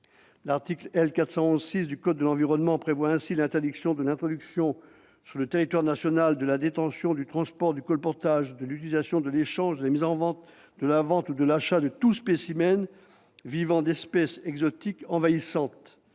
L'article L. 411-6 du code de l'environnement prévoit ainsi que sont interdits l'introduction sur le territoire national, la détention, le transport, le colportage, l'utilisation, l'échange, la mise en vente, la vente ou l'achat de tout spécimen vivant d'espèces exotiques envahissantes.